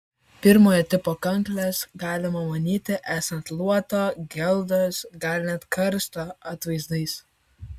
pirmojo tipo kankles galima manyti esant luoto geldos gal net karsto atvaizdais